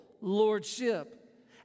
lordship